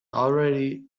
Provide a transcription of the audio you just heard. already